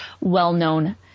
well-known